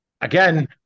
Again